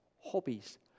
hobbies